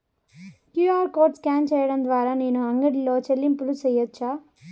QR code scan సేయడం ద్వారా నేను అంగడి లో చెల్లింపులు సేయొచ్చా?